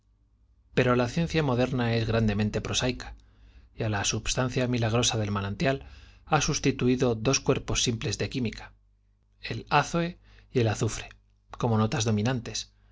pero la ciencia moderna es grandemente prosaica y á la substancia milagrosa del manantial ha s usti tuído dos cuerpos simples de la química el ázoe y el azufre como notas dominantes